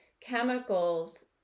chemicals